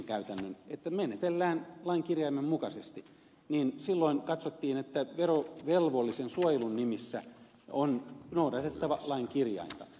mutta kun verohallinto oli ottanut semmoisen käytännön että menetellään lain kirjaimen mukaisesti niin silloin katsottiin että verovelvollisen suojelun nimissä on noudatettava lain kirjainta